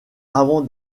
avant